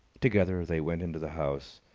together they went into the house,